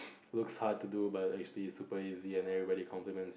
looks hard to do but actually it's super easy and everybody compliments